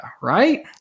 right